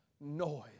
noise